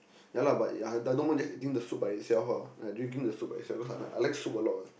ya lah but I don't mind just eating the soup by itself lah like drinking the soup by itself I like soup a lot